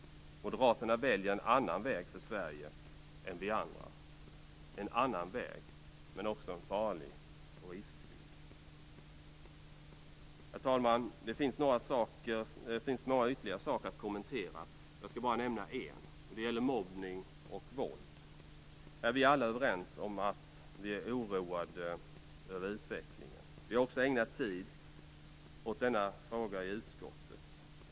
Moderaterna väljer en annan väg för Sverige än vi andra, en annan men också farlig och riskfylld väg. Herr talman! Det finns många ytterligare saker att kommentera. Jag skall bara nämna en, som gäller mobbning och våld. Vi är alla överens om att vi är oroade över utvecklingen. Vi har också ägnat tid åt denna fråga i utskottet.